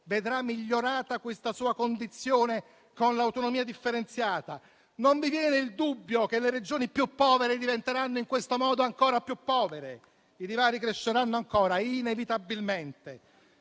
vedrà migliorata questa sua condizione con l'autonomia differenziata? Non vi viene il dubbio che in questo modo le Regioni povere diventeranno ancora più povere? I divari cresceranno ancora, inevitabilmente,